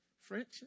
French